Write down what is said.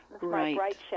Right